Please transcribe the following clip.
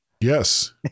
Yes